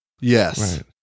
yes